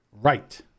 Right